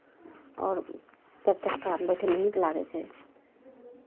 आओर चारि चक्कामे बैठयमे नीक लागै छै